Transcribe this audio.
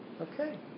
Okay